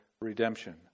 redemption